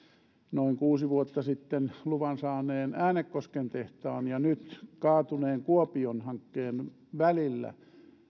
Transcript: noin kuusi vuotta sitten luvan saaneen äänekosken tehtaan ja nyt kaatuneen kuopion hankkeen välillä